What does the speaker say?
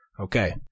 okay